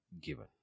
given